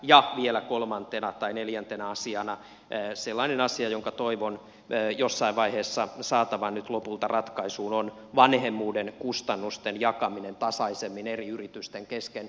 ja vielä kolmantena tai neljäntenä asiana sellainen asia jonka toivon jossain vaiheessa saatavan nyt lopulta ratkaisuun on vanhemmuuden kustannusten jakaminen tasaisemmin eri yritysten kesken